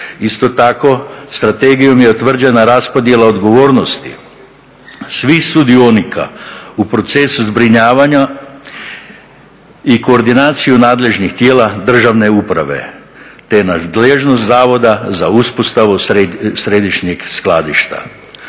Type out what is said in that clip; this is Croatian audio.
Isto tako, strategijom je utvrđena raspodjela odgovornosti svih sudionika u procesu zbrinjavanja i koordinaciju nadležnih tijela državne uprave te nadležnost Zavoda za uspostavu središnjeg skladišta.